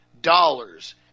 dollars